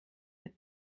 wird